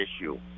issue